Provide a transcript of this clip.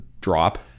drop